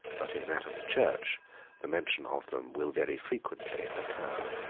but in that of the church the mention of them will very frequently occur.